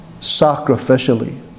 sacrificially